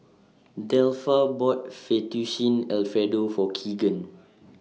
Delpha bought Fettuccine Alfredo For Kegan